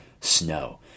snow